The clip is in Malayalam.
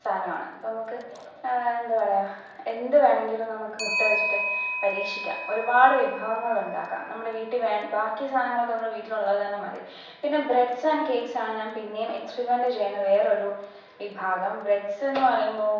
സാധനമാണ് അപ്പോൾ നമുക്ക് എന്താ പറയാ എന്ത് വേണമെങ്കിലും നമുക്ക് മുട്ട വെച്ചിട്ട് പരീഷിക്കാം ഒരുപാട് വിഭവങ്ങളുണ്ടാക്കാം നമ്മുടെ വീട്ടിൽ വേ ബാക്കി സാധനങ്ങളൊക്കെ നമ്മൾ വീട്ടിലുള്ളത് തന്നെ മതി പിന്നെ ബ്രെഡ്സ് ആൻ കേക്ക്സാണ് ഞാൻ പിന്നേം എക്സ്പിരിമെൻറ്റ് ചെയ്യുന്ന വേറൊരു വിഭാഗം ബ്രെഡ്സ്ന്ന് പറയുമ്പോൾ